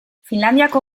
finlandiako